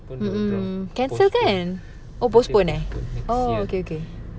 mm mm cancelled kan oh postpone ah okay okay